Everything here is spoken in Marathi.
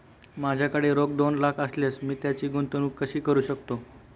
माझ्याकडे रोख दोन लाख असल्यास मी त्याची गुंतवणूक कशी करू शकतो?